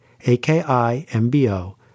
A-K-I-M-B-O